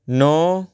ਨੌਂ